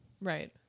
Right